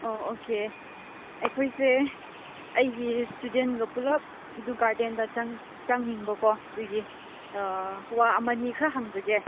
ꯑꯣ ꯑꯣꯛꯦ ꯑꯩꯈꯣꯏꯁꯦ ꯑꯩꯒꯤ ꯏꯁꯇꯨꯗꯦꯟꯒ ꯄꯨꯂꯞ ꯑꯗꯨ ꯒꯥꯔꯗꯦꯟꯗ ꯆꯪꯅꯤꯡꯕꯀꯣ ꯑꯗꯨꯒꯤ ꯋꯥ ꯑꯃꯅꯤ ꯈꯔ ꯍꯪꯖꯒꯦ